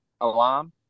alarm